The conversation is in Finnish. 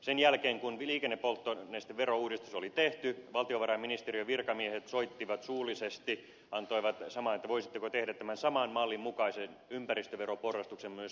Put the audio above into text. sen jälkeen kun liikennepolttonesteverouudistus oli tehty valtiovarainministeriön virkamiehet soittivat ja pyysivät suullisesti että voisitteko tehdä tämän saman mallin mukaisen ympäristöveroporrastuksen myös lämmityspolttoaineisiin